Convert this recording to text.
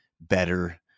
better